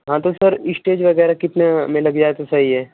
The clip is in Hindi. हाँ तो सर इसटेज वगैरह कितने में लग जाए तो सही है